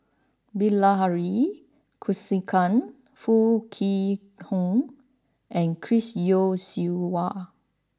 Bilahari Kausikan Foo Kwee Horng and Chris Yeo Siew Hua